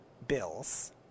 Bills